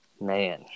Man